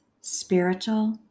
spiritual